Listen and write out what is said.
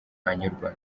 anyurwa